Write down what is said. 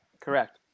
Correct